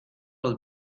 los